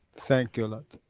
thank you a lot.